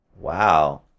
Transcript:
Wow